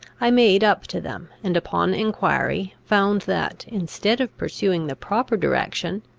i made up to them, and upon enquiry found that, instead of pursuing the proper direction,